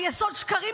על יסוד שקרים,